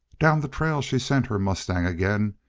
down the trail she sent her mustang again,